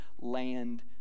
land